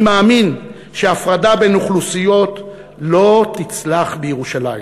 אני מאמין שהפרדה בין אוכלוסיות לא תצלח בירושלים.